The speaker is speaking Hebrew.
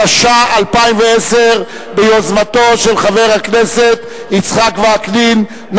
התש"ע 2010, ביוזמתו של חבר הכנסת יצחק וקנין.